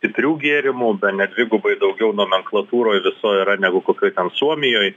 stiprių gėrimų bene dvigubai daugiau nomenklatūroj visoj yra negu kokioj suomijoj